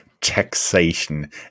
taxation